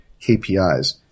KPIs